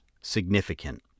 significant